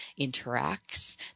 interacts